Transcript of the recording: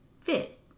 fit